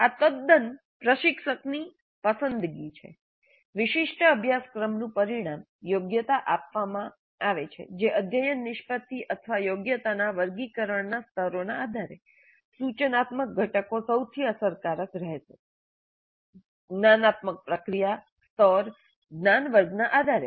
આ તદ્દન પ્રશિક્ષકની પસંદગી છે વિશિષ્ટ અભ્યાસક્રમનું પરિણામ યોગ્યતા આપવામાં આવે છે જે અધ્યયન નિષ્પતિ અથવા યોગ્યતાના વર્ગીકરણના સ્તરોના આધારે સૂચનાત્મક ઘટકો સૌથી અસરકારક રહેશે જ્ઞાનાત્મક પ્રક્રિયા સ્તર જ્ઞાન વર્ગના આધારે